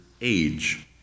age